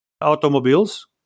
automobiles